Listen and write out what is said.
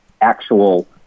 actual